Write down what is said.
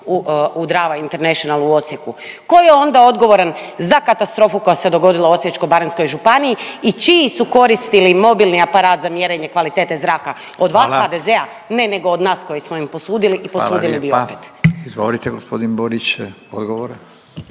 u Drava International u Osijeku, tko je onda odgovoran za katastrofu koja se dogodila u Osječko-baranjskoj županiji i čiji su koristili mobilni aparat za mjerenje kvalitete zraka? Od vas, HDZ? .../Upadica: Hvala./... Ne, nego od nas koji smo im posudili i posudili bi opet. **Radin, Furio (Nezavisni)** Hvala lijepa. Izvolite, g. Borić, odgovor.